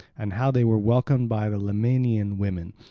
and how they were welcomed by the lemnian women,